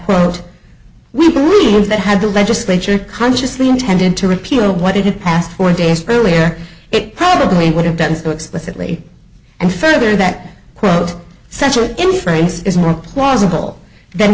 quote we believe that had the legislature consciously intended to repeal what it had passed four days earlier it probably would have done so explicitly and further that quote censure in the frames is more plausible than